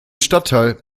stadtteil